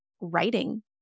writing